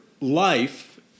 life